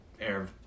air